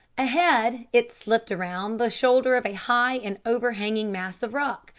ahead it slipped round the shoulder of a high and over-hanging mass of rock,